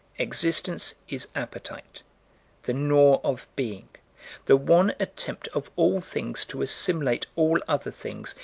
existence is appetite the gnaw of being the one attempt of all things to assimilate all other things,